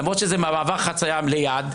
למרות שזה במעבר חציה ליד,